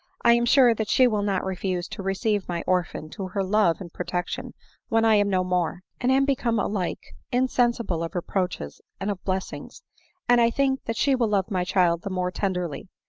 i am sure that she will not refuse to receive my orphan to her love and pro tection when i am no more, and am become alike in sensible of reproaches and of blessings and i think that she will love my child the more tenderly,